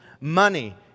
money